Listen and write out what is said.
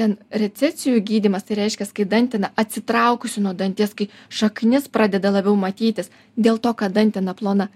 ten recesijų gydymas tai reiškias kai dantena atsitraukusi nuo danties kai šaknis pradeda labiau matytis dėl to kad dantena plona